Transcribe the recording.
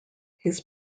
his